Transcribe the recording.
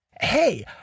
Hey